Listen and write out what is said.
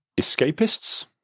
escapists